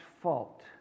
fault